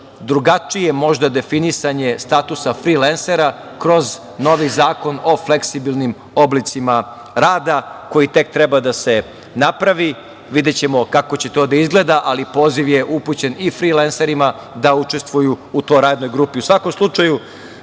drugačije možda definisanje statusa frilensera kroz novi zakon o fleksibilnim oblicima rada koji tek treba da se napravi. Videćemo kako će to da izgleda, ali poziv je upućen i frilenserima da učestvuju u toj radnoj grupi.U svakom slučaju,